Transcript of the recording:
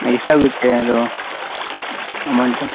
ಎಷ್ಟಾಗುತ್ತೆ ಅದು ಅಮೊಂಟು